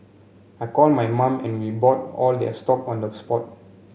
I called my mum and we bought all their stock on the spot